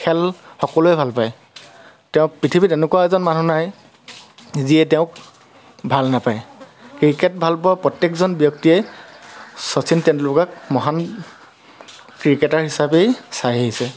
খেল সকলোৱে ভাল পায় তেওঁ পৃথিৱী তেনেকুৱা এজন মানুহ নাই যিয়ে তেওঁক ভাল নাপায় ক্ৰিকেট ভাল পোৱা প্ৰত্যেকজন ব্যক্তিয়ে শচীন তেণ্ডুলকাৰক মহান ক্ৰিকেটাৰ হিচাপেই চাই আহিছে